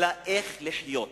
אלא איך לחיות".